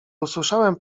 usłyszałem